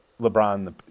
LeBron